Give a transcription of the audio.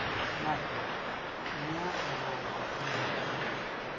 ᱚᱱᱟᱛᱮ ᱤᱧᱟᱜ ᱡᱟᱦᱟᱸ ᱠᱩᱠᱢᱩ